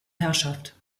herrschaft